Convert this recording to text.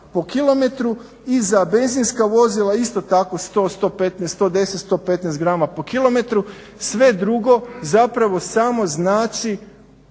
po kilometru i za benzinska vozila isto tako 100, 115, 110, 115 grama po kilometru sve drugo zapravo samo znači